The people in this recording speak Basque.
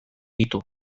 ditu